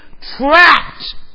trapped